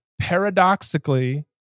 paradoxically